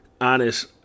honest